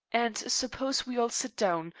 and suppose we all sit down.